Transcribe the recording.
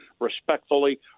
respectfully